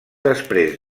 després